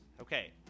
Okay